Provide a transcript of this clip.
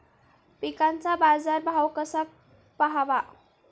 पिकांचा बाजार भाव कसा पहावा?